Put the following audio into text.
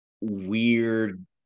weird